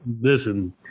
listen